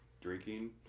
drinking